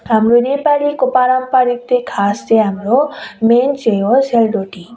हाम्रो नेपालीको पारम्पारिक त्यही खास चाहिँ हाम्रो मेन चाहिँ हो सेलरोटी